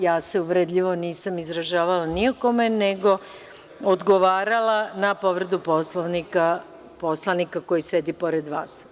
Ja se uvredljivo nisam izražavala ni o kome, nego odgovarala na povredu Poslovnika poslanika koji sedi pored vas.